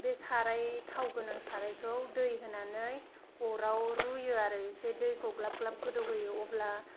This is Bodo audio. बे साराय थाव गोनां सारायखौ दै होनानै अराव रुयो आरो एसे दैखौ ग्लाब ग्लाब गोदौ होयो अब्ला